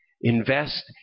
Invest